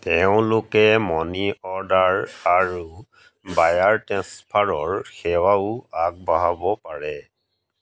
তেওঁলোকে money order আৰু wire transfer সেৱাও আগবঢ়াব পাৰে